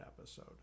episode